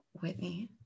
Whitney